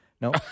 No